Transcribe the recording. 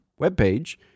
webpage